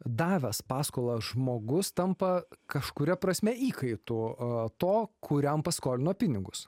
davęs paskolą žmogus tampa kažkuria prasme įkaitu to kuriam paskolino pinigus